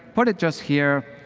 put it just here,